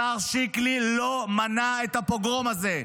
השר שיקלי לא מנע את הפוגרום הזה.